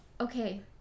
okay